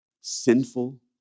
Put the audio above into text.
sinful